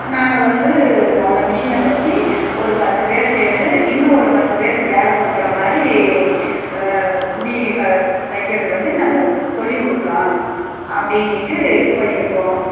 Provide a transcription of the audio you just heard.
நாங்கள் வந்து அந்த மிஷினை வெச்சு ஒரு பத்து பேர் சேர்ந்து இன்னும் ஒரு பத்து பேருக்கு வேலை கொடுக்கற மாதிரி துணி தைக்கிறது வந்து நாங்கள் சொல்லிக் கொடுக்கலாம் அப்படினிட்டு இது பண்ணியிருக்கோம்